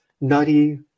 nutty